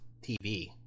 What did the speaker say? TV